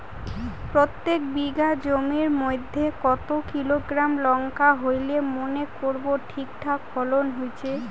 প্রত্যেক বিঘা জমির মইধ্যে কতো কিলোগ্রাম লঙ্কা হইলে মনে করব ঠিকঠাক ফলন হইছে?